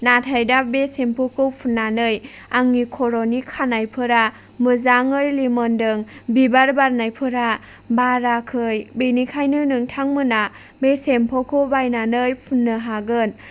नाथाय दा बे सेम्पुखौ फुनानै आंनि खर'नि खानायफोरा मोजाङै लिमोनदों बिबार बारनायफोरा बाराखै बेनिखायनो नोंथांमोना बे सेम्पुखौ बायनानै फुननो हागोन